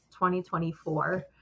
2024